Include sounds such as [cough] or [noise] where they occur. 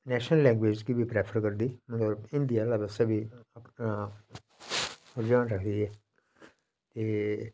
national language आसेआ बी prefer करदी मतलब हिंदी आहलें आसेआ बी [unintelligible] एह्